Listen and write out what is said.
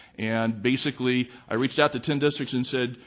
and basically i reached out to ten districts and said,